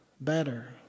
better